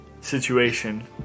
situation